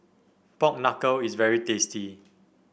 Pork Knuckle is very tasty